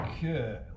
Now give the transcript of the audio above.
Okay